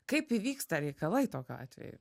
kaip įvyksta reikalai tokiu atveju